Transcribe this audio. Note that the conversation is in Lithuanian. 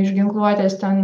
iš ginkluotės ten